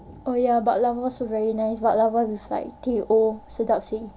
oh ya baklava also very nice baklava with like teh O sedap seh